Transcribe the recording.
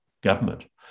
government